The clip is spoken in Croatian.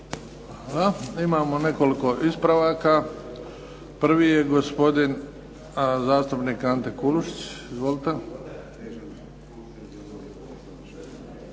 Hvala. Imamo nekoliko ispravaka. Prvi je gospodin zastupnik Ante Kulušić. Izvolite.